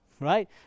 Right